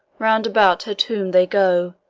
round about her tomb they go.